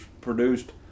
produced